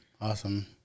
awesome